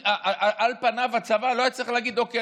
על פניו הצבא לא היה צריך להגיד: אוקיי,